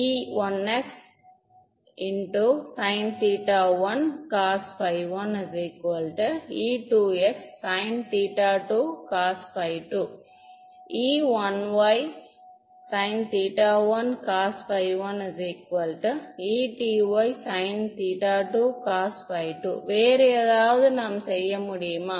e1xsinθ1 cos ϕ1 e2xsinθ2 cos ϕ2 e1ysinθ1 cos ϕ1 e2ysinθ2 cos ϕ2 வேறு ஏதாவது நாம் செய்ய முடியுமா